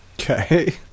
okay